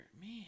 Man